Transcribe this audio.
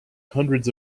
hundreds